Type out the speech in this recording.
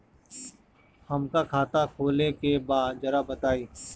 हमका खाता खोले के बा जरा बताई?